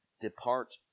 depart